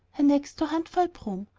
her next to hunt for a broom.